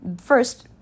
First